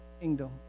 kingdom